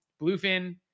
bluefin